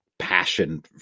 passion